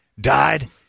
died